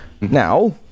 now